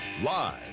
Live